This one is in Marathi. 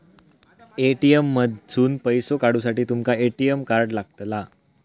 ए.टी.एम मधसून पैसो काढूसाठी तुमका ए.टी.एम कार्ड लागतला